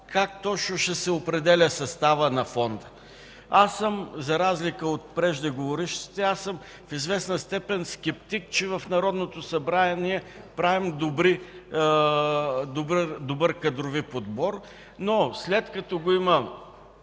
как точно ще се определя съставът на Фонда. За разлика от преждеговорившите, аз съм в известна степен скептик, че в Народното събрание правим добър кадрови подбор, но след като го има